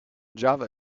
java